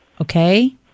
Okay